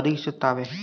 ಒದಗಿಸುತ್ತವೆ